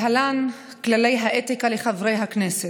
להלן כללי האתיקה לחברי הכנסת: